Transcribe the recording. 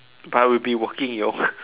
but I will be walking yo